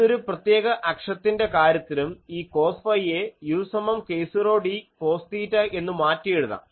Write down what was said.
ഏതൊരു പ്രത്യേക അക്ഷത്തിൻ്റെ കാര്യത്തിലും ഈ കോസ് ഫൈയെ u സമം k0d കോസ് തീറ്റ എന്നു മാറ്റി എഴുതാം